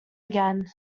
again